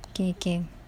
okay okay